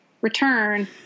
return